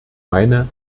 meine